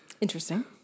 Interesting